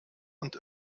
und